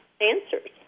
answers